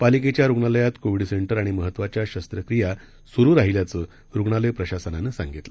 पालिकेच्यारुग्णालयातकोविडसेंटरआणिमहत्वाच्याशस्त्रक्रियास्रूराहिल्याचं रुग्णालयप्रशासनानंसांगितलं